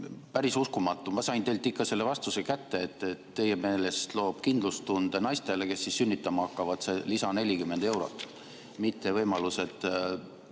Päris uskumatu, ma sain teilt ikka selle vastuse kätte, et teie meelest loob kindlustunde naistele, kes sünnitama hakkavad, see 40 lisaeurot, mitte võimalused